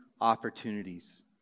opportunities